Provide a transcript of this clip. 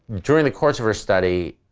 during the course of her study,